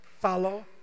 follow